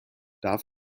darf